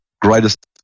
greatest